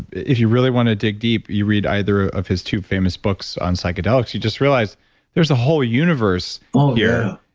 if you really want to dig deep, you read either ah of his two famous books on psychedelics, you just realize there's a whole universe here. yeah